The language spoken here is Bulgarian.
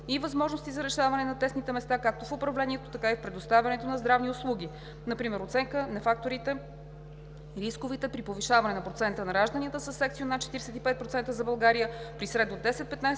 и възможности за решаване на тесните места както в управлението, така и в предоставянето на здравни услуги. Например, оценка на факторите и рисковете при повишаването на процента на ражданията със секцио – над 45% за България при средно 10-15%